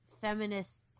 feminist